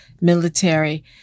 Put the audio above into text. military